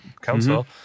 council